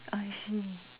I see